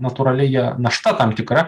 natūraliai jie našta tam tikra